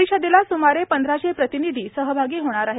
परिषदेला सुमारे पंधराशे प्रतिनिधी सहभागी होणार आहेत